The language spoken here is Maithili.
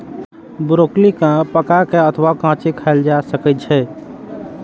ब्रोकली कें पका के अथवा कांचे खाएल जा सकै छै